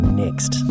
next